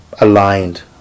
aligned